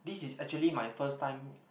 this is actually my first time